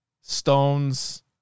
stones